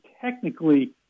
technically